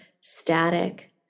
static